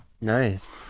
Nice